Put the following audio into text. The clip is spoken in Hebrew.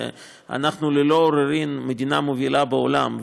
שאנחנו ללא עוררין מדינה מובילה בעולם,